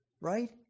right